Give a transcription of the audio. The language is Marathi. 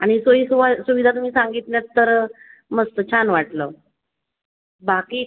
आणि सोयीसुवा सुविधा तुम्ही सांगितल्यात तर मस्त छान वाटलं बाकी